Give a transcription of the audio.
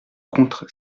contre